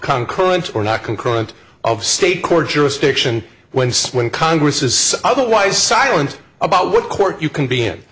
concordance or not concurrent of state court jurisdiction when sweyn congress is otherwise silent about what court you can be in